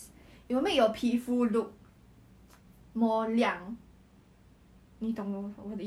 how is that vulgar sia everyone now dye hair the heck